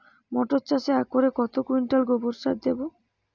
মটর চাষে একরে কত কুইন্টাল গোবরসার দেবো?